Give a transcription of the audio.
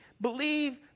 believe